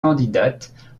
candidates